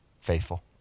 faithful